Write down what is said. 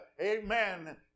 amen